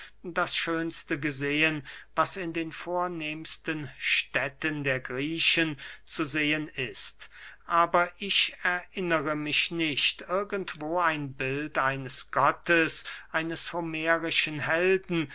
das schönste gesehen was in den vornehmsten städten der griechen zu sehen ist aber ich erinnere mich nicht irgendwo ein bild eines gottes eines homerischen helden